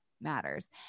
matters